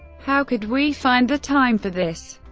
how could we find the time for this!